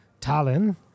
Tallinn